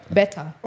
better